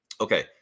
Okay